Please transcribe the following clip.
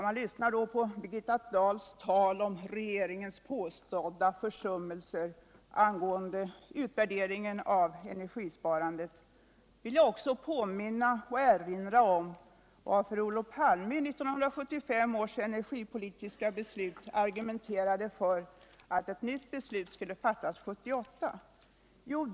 Jag lyssnade på Birgitta Dahls tal om regeringens påstådda försummelse att utvärdera energisparandet. Jag vill då erinra om varför Olof Palme vid 1975 ärs energipolitiska beslut i riksdagen argumenterade för att et nytt beslut skulle fattas år 1978.